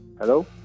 Hello